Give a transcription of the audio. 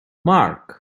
marc